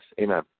Amen